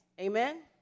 Amen